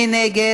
מי נגד?